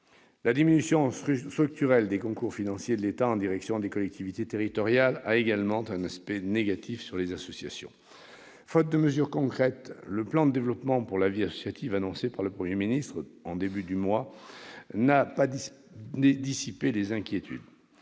La diminution structurelle des concours financiers de l'État en direction des collectivités territoriales a également un impact négatif sur les associations. Faute de mesures concrètes, le plan de développement pour la vie associative, annoncé par le Premier ministre en début du mois, n'a pas dissipé les inquiétudes.